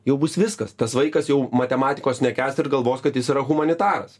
jau bus viskas tas vaikas jau matematikos nekęs ir galvos kad jis yra humanitaras